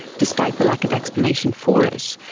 despite the lack of explanation for it.